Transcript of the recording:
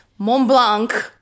Montblanc